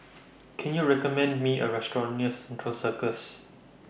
Can YOU recommend Me A Restaurant near Central Circus